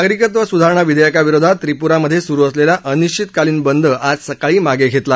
नागरिकत्व सुधारणा विधेयकाविरोधात विप्रामध्ये सुरु असलेला अनिश्चितकालीन बंद आज सकाळी मागे घेतला